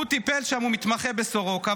הוא מתמחה בסורוקה,